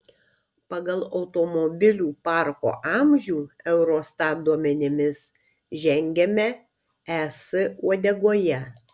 pagal automobilių parko amžių eurostat duomenimis žengiame es uodegoje